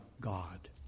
God